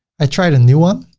i try the new one